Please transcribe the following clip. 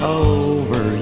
over